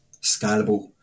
scalable